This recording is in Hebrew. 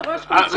פרופ' הרשקוביץ,